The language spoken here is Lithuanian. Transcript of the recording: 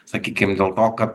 sakykim dėl to kad